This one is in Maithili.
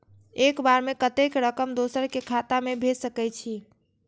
एक बार में कतेक रकम दोसर के खाता में भेज सकेछी?